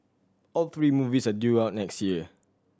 all three movies are due out next year